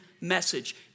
message